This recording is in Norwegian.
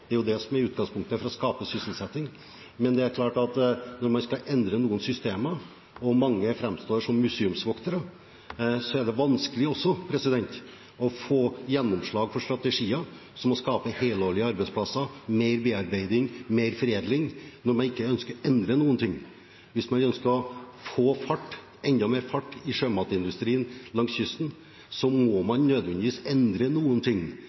det er jo det som er utgangspunktet for å skape sysselsetting. Men det er klart at når man skal endre noen systemer, og mange framstår som museumsvoktere, er det også vanskelig å få gjennomslag for strategier som å skape helårlige arbeidsplasser, mer bearbeiding, mer foredling – når man ikke ønsker å endre noe. Hvis man ønsker å få enda mer fart i sjømatindustrien langs kysten, må man nødvendigvis endre noe, og jeg har ikke møtt forståelse for og ønske om å endre noen ting